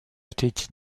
était